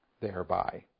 thereby